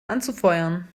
anzufeuern